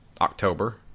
October